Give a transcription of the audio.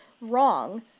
wrong